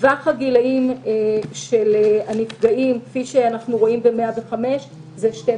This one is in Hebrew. טווח גילאי הנפגעים כפי שאנחנו רואים ב-105 הוא 12